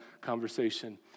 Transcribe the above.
conversation